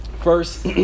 First